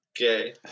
Okay